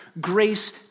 Grace